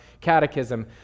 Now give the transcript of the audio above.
catechism